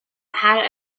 had